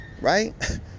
right